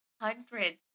hundreds